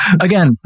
again